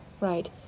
right